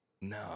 No